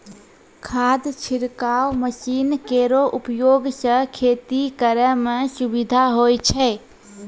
खाद छिड़काव मसीन केरो उपयोग सँ खेती करै म सुबिधा होय छै